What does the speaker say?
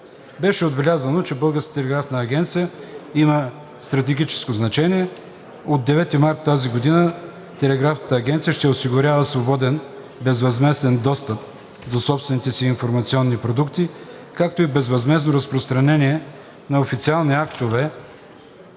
Беше отбелязано, че БТА има стратегическо значение. От 9 март тази година Телеграфната агенция ще осигурява свободен безвъзмезден достъп до собствените си информационни продукти, както и безвъзмездно разпространение на официални актове